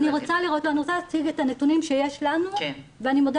אני רוצה להציג את הנתונים שיש לנו ואני מודה